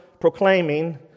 proclaiming